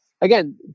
again